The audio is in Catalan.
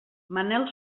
manel